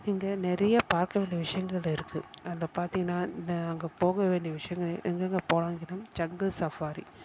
இங்கே நிறையா பார்க்க வேண்டிய விஷயங்கள் இருக்குது அதை பார்த்தீங்கனா இந்த அங்கே போக வேண்டிய விஷயங்கள் எங்கெங்க போகலான்னு கேட்டிங்கனால் ஜங்கள் சஃபாரி